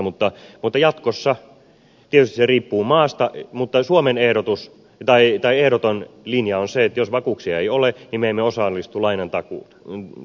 mutta jatkossa tietysti se riippuu maasta mutta suomen ehdoton linja on se että jos vakuuksia ei ole niin me emme osallistu lainan takaamiseen